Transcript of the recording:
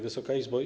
Wysoka Izbo!